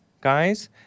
guys